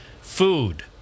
food